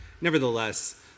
Nevertheless